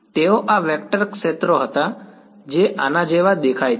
તેઓ આ વેક્ટર ક્ષેત્રો હતા જે આના જેવા દેખાય છે